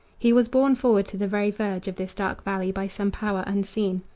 he was borne forward to the very verge of this dark valley, by some power unseen.